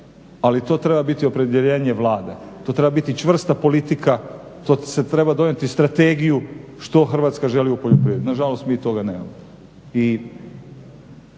ali to treba biti opredjeljenje Vlade. To treba biti čvrsta politika, to se treba donijeti strategiju što Hrvatska želi u poljoprivredi. Nažalost mi toga nemamo.